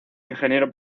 ingeniero